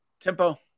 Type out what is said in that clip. Tempo